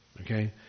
okay